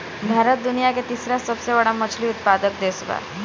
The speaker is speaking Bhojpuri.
भारत दुनिया का तीसरा सबसे बड़ा मछली उत्पादक देश बा